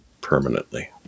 permanently